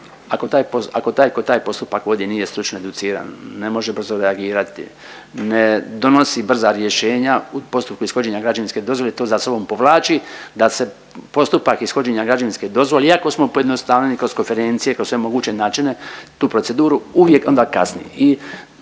koji taj postupak vodi nije stručno educiran ne može brzo reagirati, ne donosi brza rješenja u postupku ishođenja građevinske dozvole to za sobom povlači da se postupak ishođenja građevinske dozvole iako smo pojednostavili kroz konferencije, kroz sve moguće načine, tu proceduru uvijek, onda kasni